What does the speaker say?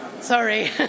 Sorry